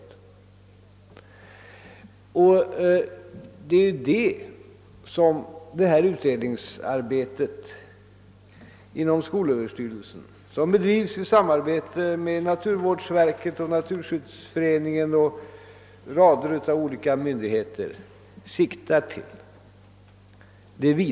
Det är också detta vidare perspektiv på miljövårdsproblematiken som utredningsarbetet inom skolöverstyrelsen, vilket bedrives i samband med naturvårdsverket, Naturskyddsföreningen och en hel rad myndigheter, siktar till.